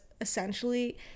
essentially